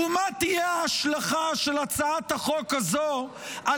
ומה תהיה ההשלכה של הצעת החוק הזו על